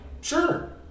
sure